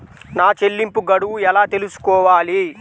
నా చెల్లింపు గడువు ఎలా తెలుసుకోవాలి?